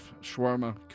shawarma